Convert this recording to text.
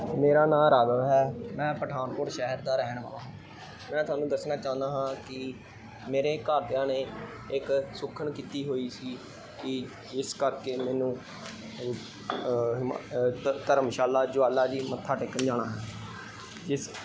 ਮੇਰਾ ਨਾਂ ਰਾਗਵ ਹੈ ਮੈਂ ਪਠਾਨਕੋਟ ਸ਼ਹਿਰ ਦਾ ਰਹਿਣ ਵਾਲਾ ਹਾਂ ਮੈਂ ਤੁਹਾਨੂੰ ਦੱਸਣਾ ਚਾਹੁੰਦਾ ਹਾਂ ਕਿ ਮੇਰੇ ਘਰਦਿਆਂ ਨੇ ਇੱਕ ਸੁਖਨਾ ਕੀਤੀ ਹੋਈ ਸੀ ਕਿ ਜਿਸ ਕਰਕੇ ਮੈਨੂੰ ਧਰਮਸ਼ਾਲਾ ਜੁਆਲਾ ਜੀ ਮੱਥਾ ਟੇਕਣ ਜਾਣਾ ਹੈ ਜਿਸ